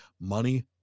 Money